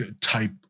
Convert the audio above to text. type